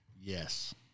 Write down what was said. Yes